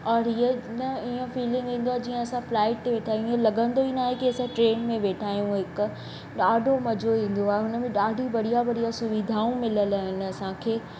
और हीअ न हीअं फिलिंग ईंदो आ जीअं असां फ्लाइट ते वेठा आहियूं हीअं लगंदो ई न आहे असां ट्रेन में वेठा आहियूं हिक ॾाढो मजो ईंदो आहे हुनमें ॾाढी बढ़िया बढ़िया सुविधाऊं मिलियल आहिनि असांखे